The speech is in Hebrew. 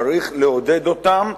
צריך לעודד אותם,